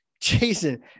Jason